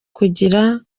kugira